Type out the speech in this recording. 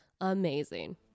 amazing